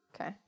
Okay